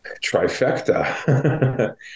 Trifecta